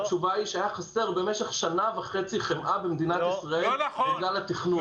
התשובה היא שבמשך שנה וחצי הייתה חסרה חמאה במדינת ישראל בגלל התכנון.